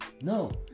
no